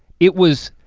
it was,